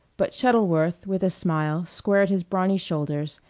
but shuttleworth with a smile squared his brawny shoulders,